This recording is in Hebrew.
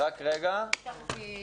מרום,